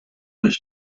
was